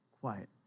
Quiet